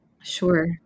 sure